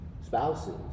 spouses